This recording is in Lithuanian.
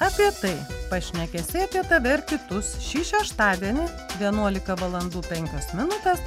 apie tai pašnekesiai apie tave ir kitus šį šeštadienį vienuolika valandų penkios minutės